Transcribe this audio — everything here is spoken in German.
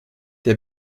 der